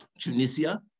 Tunisia